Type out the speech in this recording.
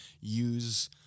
use